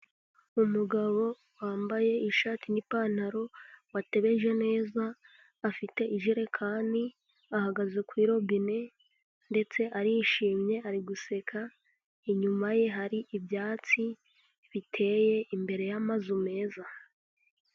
Umugabo wambaye ishati n'ipantaro watebeje neza afite ijerekani, ahagaze kuri robine ndetse arishimye ari guseka, inyuma ye hari ibyatsi biteye imbere y'amazu meza.